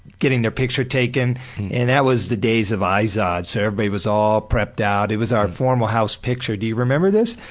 getting a picture taken and that was the days of izod so everybody was all prepped out. it was our formal house picture. do you remember this?